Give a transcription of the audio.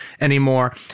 anymore